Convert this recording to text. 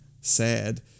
sad